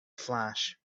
flash